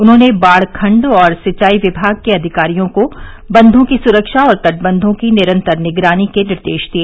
उन्होंने बाढ़ खण्ड व सिंचाई विभाग के अधिकारियों को बंधों की सुरक्षा और तटबंधों की निरन्तर निगरानी के निर्देश दिए